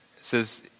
says